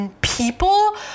people